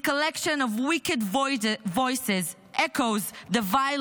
This collection of wicked voices echoes the vile